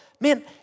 Man